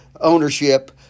ownership